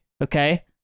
Okay